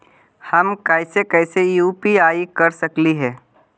हम कैसे कैसे यु.पी.आई कर सकली हे?